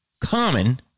common